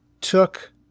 took